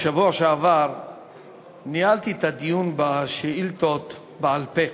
בשבוע שעבר ניהלתי את הדיון בשאילתות בעל-פה.